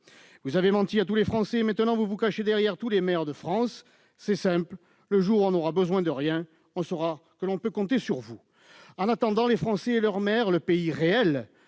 Vous avez menti à tous les Français, et maintenant vous vous cachez derrière les maires de France. C'est simple : le jour où l'on n'aura besoin de rien, on saura que l'on peut compter sur vous ! En attendant, les Français et leurs maires, le pays réel,